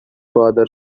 father